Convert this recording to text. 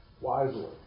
wisely